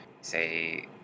say